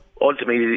ultimately